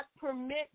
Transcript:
permit